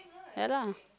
ya lah